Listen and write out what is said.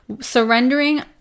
surrendering